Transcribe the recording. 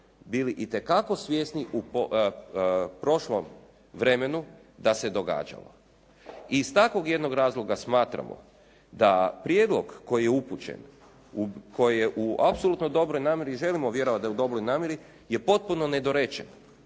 bili itekako svjesni u prošlom vremenu da se događalo. I iz takvog jednog razloga smatramo da prijedlog koji je upućen, koji je u apsolutno dobroj namjeri i želimo vjerovati da je u dobroj namjeri je potpuno nedorečen